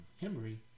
Henry